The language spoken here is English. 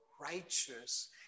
righteous